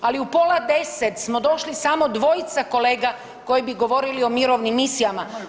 Ali u pola 10 smo došli samo dvojica kolega koji bi govorili o mirovnim misijama.